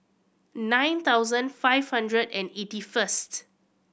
nine thousand five hundred and eighty first